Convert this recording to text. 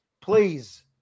Please